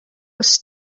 was